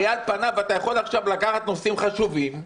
אתה יכול עכשיו לקחת נושאים חשובים,